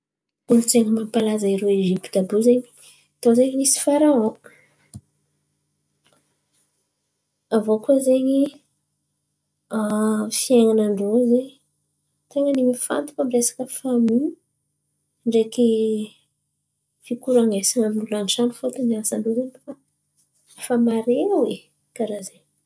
Kolontsain̈y nampalaza irô Ezipity àby io zen̈y tô nisy farahô. Avô koa zen̈y fiainan̈an-drô zen̈y ten̈a mifantoko aminy resaka famy, ndreky fikoran̈esan̈a amin'olo an-trano fôntony izen̈y asan-drô zen̈y ma fa mare oe. Karà zen̈y.